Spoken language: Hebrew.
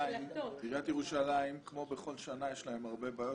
עיריית ירושלים, כמו בכל שנה, יש לה הרבה בעיות.